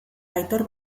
aitor